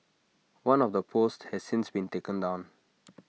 one of the posts has since been taken down